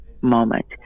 moment